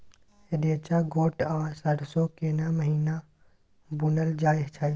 रेचा, गोट आ सरसो केना महिना बुनल जाय छै?